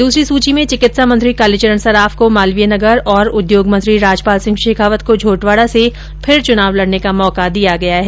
दूसरी सूची में चिकित्सा मंत्री कालीचरण सराफ को मालवीय नगर और उद्योग मंत्री राजपाल सिंह शेखावत को झोटवाड़ा से फिर चुनाव लड़ने का मौका दिया गया है